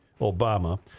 Obama